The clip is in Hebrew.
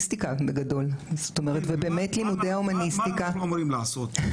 מה אמורים לעשות?